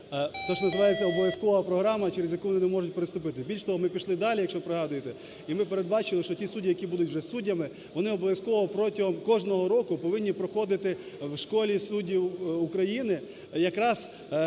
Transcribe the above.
те, що називається обов'язкова програма, через яку вони не можуть переступити. Більше того, ми пішли далі, якщо пригадуєте, і ми передбачили, що ті судді, які будуть вже суддями, вони обов'язково протягом кожного року повинні проходити в Школі суддів України якраз